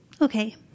Okay